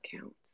counts